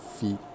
feet